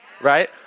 Right